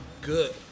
good